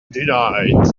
denied